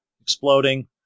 exploding